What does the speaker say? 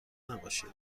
نباشید